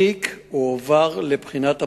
התיק הועבר לבחינת הפרקליטות,